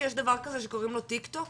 שיש דבר כזה שקוראים לו טיק טוק?